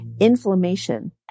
inflammation